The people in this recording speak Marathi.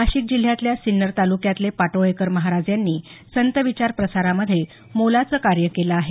नाशिक जिल्ह्यातल्या सिन्नर तालुक्यातले पाटोळेकर महाराज यांनी संत विचार प्रसारामध्ये मोलाचं कार्य केलं आहे